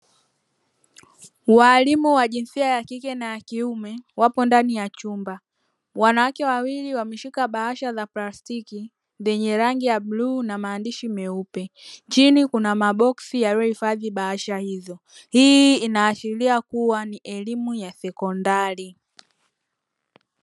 Walimu wa jinsia ya kike na ya kiume wapo ndani ya chumba, wanawake wawili wameshika bahasha za plastiki zenye rangi ya bluu na maandishi meupe, chini kuna maboksi yaliyohifadhi bahasha hizo. Hii inaashiria kuwa ni elimu ya sekondari.